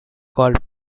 called